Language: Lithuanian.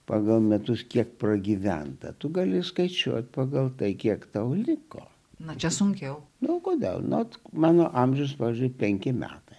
pagal metus kiek pragyventa tu gali skaičiuoti pagal tai kiek tau liko na čia sunkiau daug kodėl anot mano amžiaus pavyzdžiui penki metai